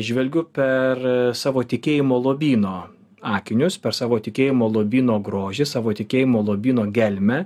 žvelgiu per savo tikėjimo lobyno akinius per savo tikėjimo lobyno grožį savo tikėjimo lobyno gelmę